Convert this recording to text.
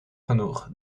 genoeg